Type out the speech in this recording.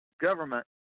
government